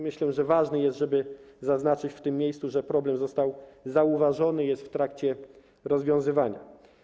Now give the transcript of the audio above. Myślę, że ważne jest, żeby zaznaczyć w tym miejscu, że problem został zauważony i jest w trakcie rozwiązywania.